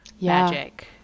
magic